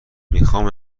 میخام